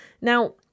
now